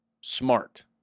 smart